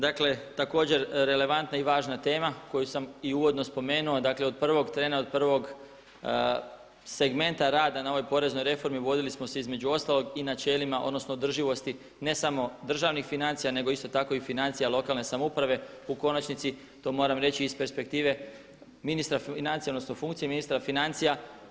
Dakle, također relevantna i važna tema koju sam i uvodno spomenuo, dakle od prvog trena, od prvog segmenta rada na ovoj poreznoj reformi vodili smo se između ostalog i načelima, odnosno održivosti ne samo državnih financija nego isto tako i financija lokalne samouprave, u konačnici to moram reći i iz perspektive ministra financija, odnosno funkcije ministra financija.